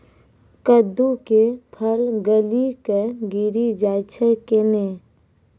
कददु के फल गली कऽ गिरी जाय छै कैने?